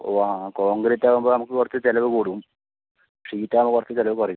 ഓ ആ കോൺക്രീറ്റ് ആകുമ്പോൾ നമുക്ക് കുറച്ചു ചിലവ് കൂടും ഷീറ്റാകുമ്പോൾ കുറച്ചു ചിലവ് കുറയും